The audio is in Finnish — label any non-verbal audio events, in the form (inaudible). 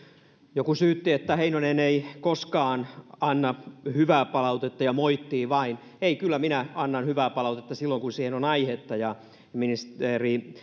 joku syytti että heinonen ei koskaan anna hyvää palautetta ja moittii vain ei kyllä minä annan hyvää palautetta silloin kun siihen on aihetta ja ministeri (unintelligible)